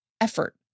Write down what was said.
effort